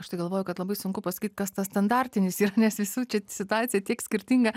aš tai galvoju kad labai sunku pasakyt kas tas standartinis yra nes visų situacija tiek skirtinga